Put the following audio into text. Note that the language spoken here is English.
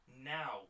now